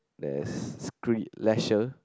there is screed leather